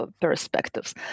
Perspectives